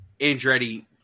Andretti